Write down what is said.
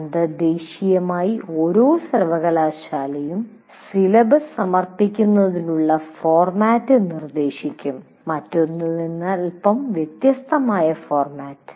അന്തർദ്ദേശീയമായി ഓരോ സർവകലാശാലയും സിലബസ് സമർപ്പിക്കുന്നതിനുള്ള ഒരു ഫോർമാറ്റ് നിർദ്ദേശിക്കും മറ്റൊന്നിൽ നിന്ന് അല്പം വ്യത്യസ്തമായ ഫോർമാറ്റ്